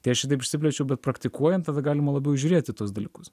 tai aš čia taip išsiplėčiau bet praktikuojant tada galima labiau žiūrėt į tuos dalykus